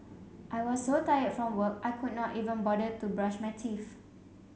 I was so tired from work I could not even bother to brush my teeth